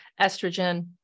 Estrogen